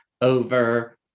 over